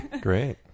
great